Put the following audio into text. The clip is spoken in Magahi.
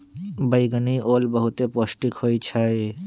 बइगनि ओल बहुते पौष्टिक होइ छइ